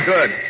Good